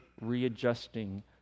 readjusting